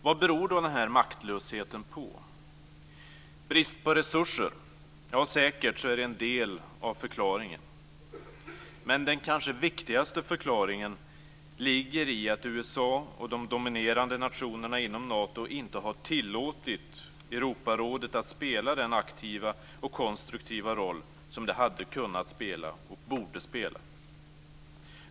Vad beror då den här maktlösheten på? En del av förklaringen är säkert att det är brist på resurser. Men den kanske viktigaste förklaringen ligger i att USA och de dominerande nationerna inom Nato inte har tillåtit Europarådet att spela den aktiva och konstruktiva roll som det hade kunnat spela och borde spela.